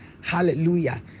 Hallelujah